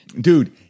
Dude